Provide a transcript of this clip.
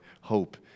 hope